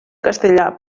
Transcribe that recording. castellar